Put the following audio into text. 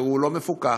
שהוא לא מפוקח.